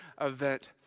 event